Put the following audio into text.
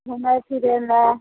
घुमै फिरैलए